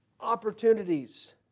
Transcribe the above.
opportunities